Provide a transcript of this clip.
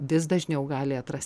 vis dažniau gali atras